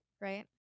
right